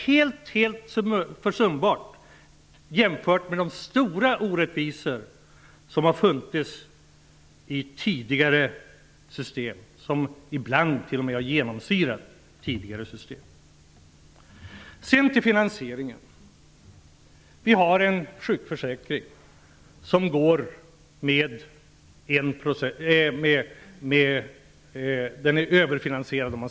Detta är försumbart jämfört med de stora orättvisor som har funnits i tidigare system, som ibland t.o.m. genomsyrat tidigare system. Sedan till finansieringen. Vi har en sjukförsäkring som är överfinansierad.